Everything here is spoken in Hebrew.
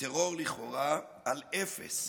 לטרור לכאורה על אפס,